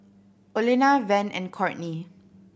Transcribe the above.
Olena Van and Courtney